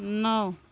नौ